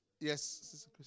Yes